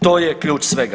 To je ključ svega.